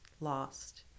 lost